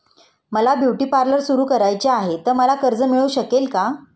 मला beauty parlour सुरू करायचे आहे तर मला कर्ज मिळू शकेल का?